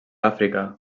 àfrica